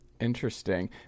Interesting